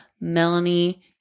Melanie